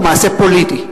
הוא מעשה פוליטי,